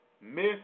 Miss